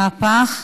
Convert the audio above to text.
מהפך.